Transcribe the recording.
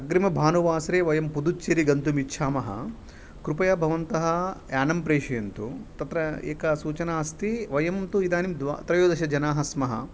अग्रीमभानुवासरे वयं पदुच्चेरी गन्तुमिच्छामः कृपया भवन्तः यानं प्रेषयन्तु तत्र एका सूचना अस्ति वयं तु इदानीं द्वा त्रयोदशजनाः स्मः